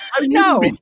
No